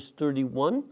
31